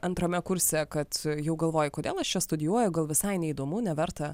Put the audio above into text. antrame kurse kad jau galvojai kodėl aš čia studijuoju gal visai neįdomu neverta